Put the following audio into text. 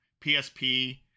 PSP